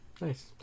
Nice